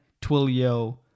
Twilio